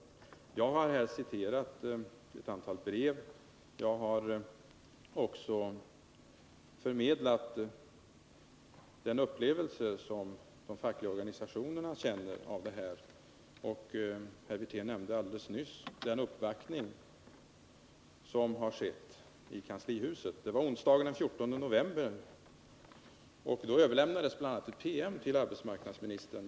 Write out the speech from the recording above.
Men jag har ju här citerat ett antal brev, och jag har också förmedlat den upplevelse som de fackliga organisationerna har av detta. Herr Wirtén nämnde alldeles nyss den uppvaktning som skedde i kanslihuset onsdagen den 14 november, då man bl.a. överlämnade en PM till arbetsmarknadsministern.